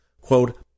quote